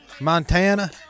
Montana